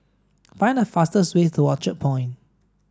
find the fastest way to Orchard Point